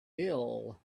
ill